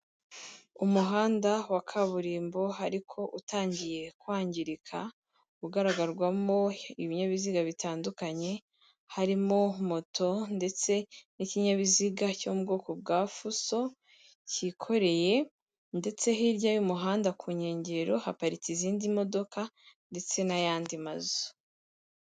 Umuhanda wa kaburimbo ariko utangiye kwangirika, ugaragarwamo ibinyabiziga bitandukanye, harimo moto ndetse n'ikinyabiziga cyo mu bwoko bwa fuso kikoreye ndetse hirya y'umuhanda ku nkengero haparitse izindi modoka ndetse n'ayandi mazu.